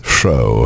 show